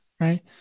right